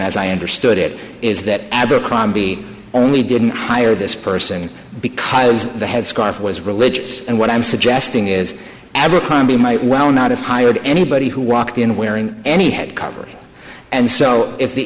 as i understood it is that abercrombie only didn't hire this person because the head scarf was religious and what i'm suggesting is abercrombie might well not have hired anybody who walked in wearing any head cover and so if the